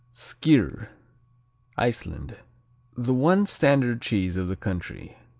skyr iceland the one standard cheese of the country.